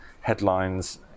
headlines